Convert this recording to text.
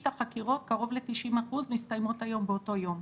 קרוב ל-90% מהחקירות מסתיימות היום באותו יום.